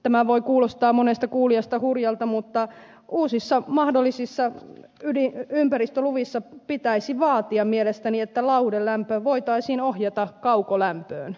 tämä voi kuulostaa monesta kuulijasta hurjalta mutta uusissa mahdollisissa ympäristöluvissa pitäisi mielestäni vaatia että lauhdelämpö voitaisiin ohjata kaukolämpöön